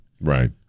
right